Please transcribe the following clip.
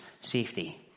safety